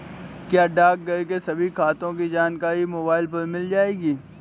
क्या डाकघर के सभी खातों की जानकारी मोबाइल पर मिल जाएगी?